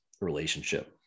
relationship